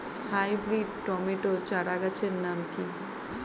Hybrid tomato চারাগাছের নাম কি?